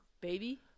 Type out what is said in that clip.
baby